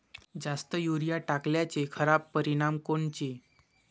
जास्त युरीया टाकल्याचे खराब परिनाम कोनचे?